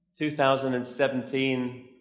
2017